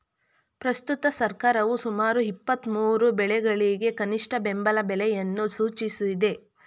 ಪ್ರಸ್ತುತ ಸರ್ಕಾರವು ಸುಮಾರು ಇಪ್ಪತ್ಮೂರು ಬೆಳೆಗಳಿಗೆ ಕನಿಷ್ಠ ಬೆಂಬಲ ಬೆಲೆಯನ್ನು ಸೂಚಿಸಿದೆ